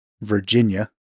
Virginia